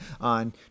On